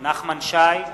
נחמן שי,